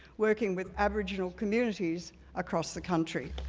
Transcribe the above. working with aboriginal communities across the country.